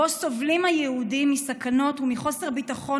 שבו סובלים היהודים מסכנות ומחוסר ביטחון